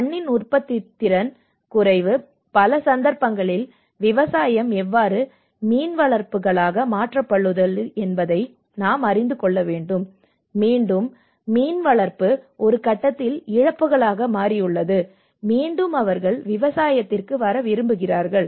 மண்ணின் உற்பத்தித்திறன் குறைவு பல சந்தர்ப்பங்களில் விவசாயம் எவ்வாறு மீன்வளர்ப்புகளாக மாற்றப்பட்டுள்ளது என்பதை நாம் அறிந்து கொள்ள வேண்டும் மீண்டும் மீன்வளர்ப்பு ஒரு கட்டத்தில் இழப்புகளாக மாறியுள்ளது மீண்டும் அவர்கள் விவசாயத்திற்கு வர விரும்புகிறார்கள்